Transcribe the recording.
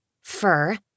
fur